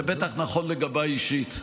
זה בטח נכון לגביי אישית.